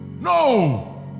No